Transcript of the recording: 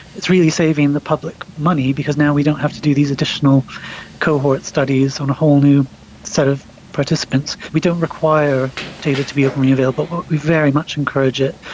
it's really saving the public money because now we don't have to do these additional cohort studies on a whole new set of participants. we don't require data to be openly available but we very much encourage it,